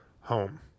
home